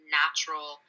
natural